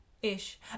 ish